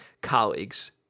colleagues